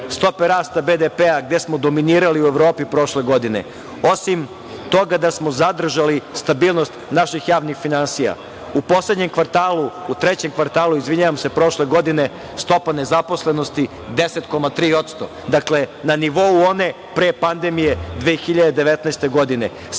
stope rasta BDP-a gde smo dominirali u Evropi prošle godine, osim toga da smo zadržali stabilnost naših javnih finansija, u trećem kvartalu prošle godine stopa nezaposlenosti je 10,3%. Dakle, na nivou one pre pandemije 2019. godine.